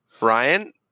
Ryan